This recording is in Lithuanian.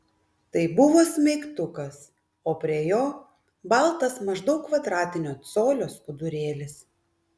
tai buvo smeigtukas o prie jo baltas maždaug kvadratinio colio skudurėlis